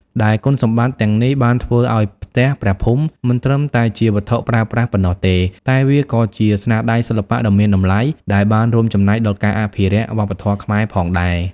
ដែលគុណសម្បត្តិទាំងនេះបានធ្វើឱ្យផ្ទះព្រះភូមិមិនត្រឹមតែជាវត្ថុប្រើប្រាស់ប៉ុណ្ណោះទេ តែវាក៏ជាស្នាដៃសិល្បៈដ៏មានតម្លៃដែលបានរួមចំណែកដល់ការអភិរក្សវប្បធម៌ខ្មែរផងដែរ។